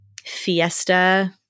fiesta